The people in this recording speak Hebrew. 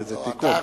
באיזה תיקון.